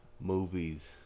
movies